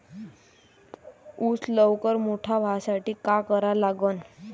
ऊस लवकर मोठा व्हासाठी का करा लागन?